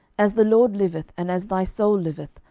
as the lord liveth, and as thy soul liveth,